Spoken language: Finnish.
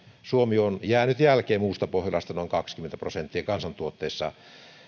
suomi on jäänyt jälkeen muusta pohjolasta noin kaksikymmentä prosenttia kansantuotteessa